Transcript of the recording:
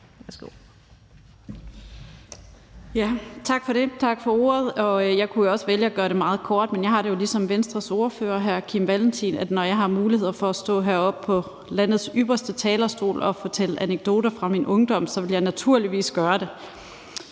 Tak for ordet. Jeg kunne jo også vælge at gøre det meget kort, men jeg har det ligesom Venstres ordfører hr. Kim Valentin, nemlig at når jeg har muligheden for at stå heroppe på landets ypperste talerstol og fortælle anekdoter fra min ungdom, vil jeg naturligvis gøre det.